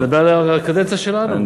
אני מדבר על הקדנציה שלנו.